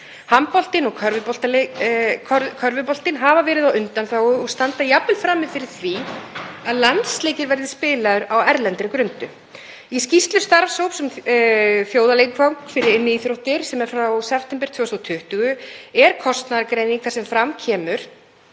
Handboltinn og körfuboltinn hafa verið á undanþágu og standa jafnvel frammi fyrir því að landsleikir verði spilaðir á erlendri grundu. Í skýrslu starfshóps um þjóðarleikvang fyrir inniíþróttir, sem er frá september 2020, er kostnaðargreining þar sem fram kemur